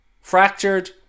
Fractured